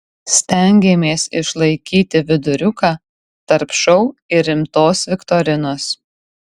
stengėmės išlaikyti viduriuką tarp šou ir rimtos viktorinos